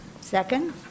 Second